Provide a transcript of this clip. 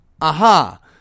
aha